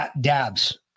dabs